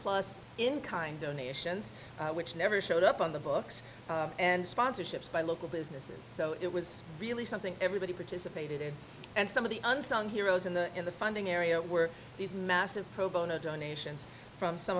plus in kind donations which never showed up on the books and sponsorships by local businesses so it was really something everybody participated in and some of the unsung heroes in the in the funding area were these massive pro bono donations from some